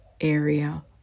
area